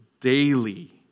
daily